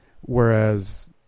whereas